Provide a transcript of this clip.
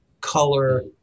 color